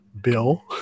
Bill